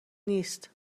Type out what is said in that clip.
نیست